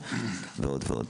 ועוד ועוד.